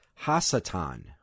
Hasatan